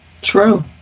true